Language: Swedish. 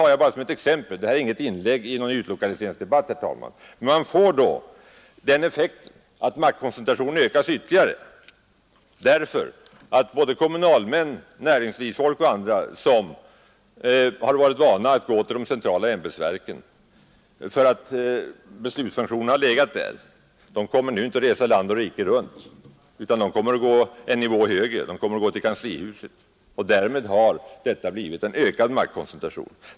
Man får då — detta är inte något inlägg i någon utlokaliseringsdebatt utan bara ett exempel — den effekten att maktkoncentrationen ökas ytterligare därför att varken kommunalmän, näringslivsfolk eller andra, som varit vana att g till de centrala ämbetsverken för att beslutsfunktionerna har legat där, kommer att resa land och rike runt. De kommer att gå en nivå högre, till kanslihuset. Därmed har vi fått en ökad maktkoncentration, därför att makten ligger kvar orubbad och stärkt i kanslihuset.